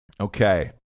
Okay